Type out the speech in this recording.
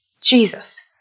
Jesus